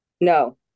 No